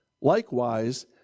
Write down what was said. Likewise